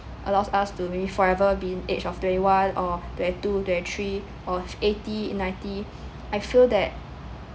allows us to maybe forever being age of twenty one or twenty two twenty three or eighty ninety I feel that